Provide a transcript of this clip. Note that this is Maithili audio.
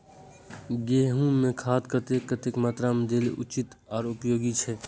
गेंहू में खाद कतेक कतेक मात्रा में देल उचित आर उपयोगी छै?